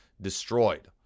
destroyed